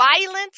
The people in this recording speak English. violence